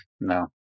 No